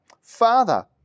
Father